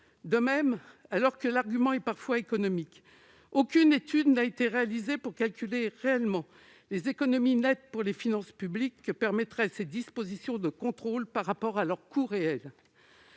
De même, alors que l'argument avancé est parfois économique, aucune étude n'a été réalisée pour calculer les économies pour les finances publiques que permettraient ces dispositifs de contrôle, au regard de leur coût réel.